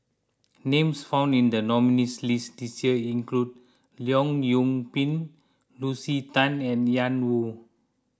names found in the nominees' list this year include Leong Yoon Pin Lucy Tan and Ian Woo